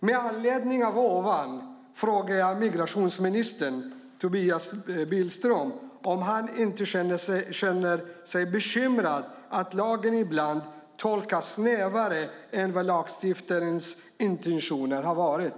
Med anledning av det jag nu har sagt frågar jag migrationsminister Tobias Billström om han inte känner sig bekymrad över att lagen ibland tolkas snävare än vad lagstiftarens intentioner har varit.